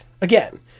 Again